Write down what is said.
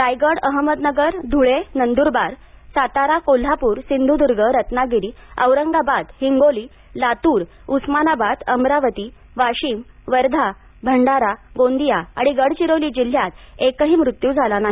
रायगड अहमदनगर धुळेनंदुरबार सातारा कोल्हापूरसिंधुदुर्ग रत्नागिरी औरंगाबाद हिंगोली लातूर उस्मानाबाद अमरावती वाशिम वर्धा भंडारा गोंदिया आणि गडचिरोली जिल्ह्यात एकही मृत्यू झाला नाही